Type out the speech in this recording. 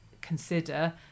consider